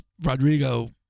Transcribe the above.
Rodrigo